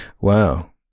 wow